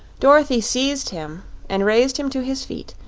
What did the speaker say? dorothy seized him and raised him to his feet,